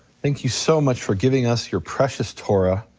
thank you so much for giving us your precious torah,